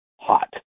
hot